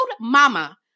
mama